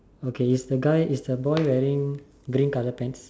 okay is the guy is the boy wearing green color pants